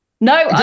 No